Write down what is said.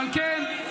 אבל כן -- תודה.